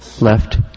left